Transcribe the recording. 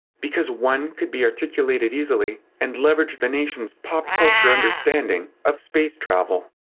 because one could be articulated easily, and leveraged the nation's pop-culture understanding of space travel.